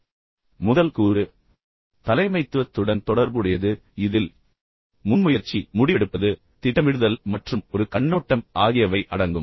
எனவே நான் முன்பு சுட்டிக்காட்டியபடி முதல் கூறு தலைமைத்துவத்துடன் தொடர்புடையது இதில் முன்முயற்சி முடிவெடுப்பது திட்டமிடுதல் மற்றும் ஒரு கண்ணோட்டம் ஆகியவை அடங்கும்